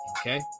Okay